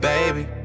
Baby